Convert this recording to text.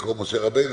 לקרוא משה רבנו,